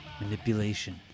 manipulation